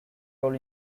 role